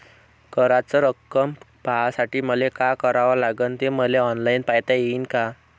कराच रक्कम पाहासाठी मले का करावं लागन, ते मले ऑनलाईन पायता येईन का?